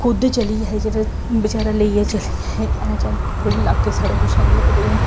खुद चलियै जेह्ड़े बचैरा लेइयै चली जाए अस चांह्दे कि थोह्ड़ा लाग्गे साढ़े कुछ आई जाए पर हून